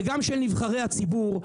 וגם של נבחרי הציבור,